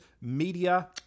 media